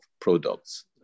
products